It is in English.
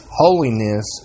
holiness